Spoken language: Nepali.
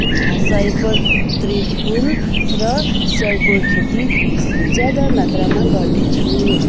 सयपत्री फुल र स्याउको खेती ज्यादा मात्रामा गर्नेछु